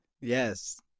Yes